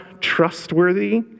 trustworthy